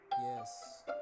yes